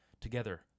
Together